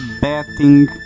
betting